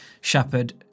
shepherd